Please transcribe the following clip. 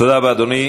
תודה רבה, אדוני.